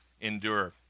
endure